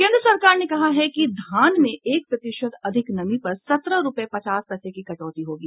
केन्द्र सरकार ने कहा है कि धान में एक प्रतिशत अधिक नमी पर सत्रह रूपये पचास पैसे की कटौती होगी